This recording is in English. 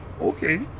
okay